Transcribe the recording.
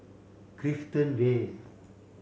Clifton Vale